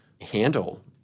handle